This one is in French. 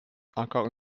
encore